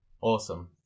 Awesome